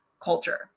culture